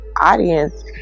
audience